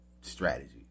strategy